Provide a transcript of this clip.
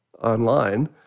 online